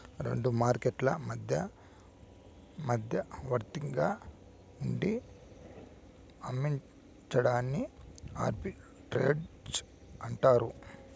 రెండు మార్కెట్లు మధ్య మధ్యవర్తిగా ఉండి అమ్మించడాన్ని ఆర్బిట్రేజ్ అంటారు